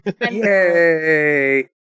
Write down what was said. Yay